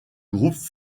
groupe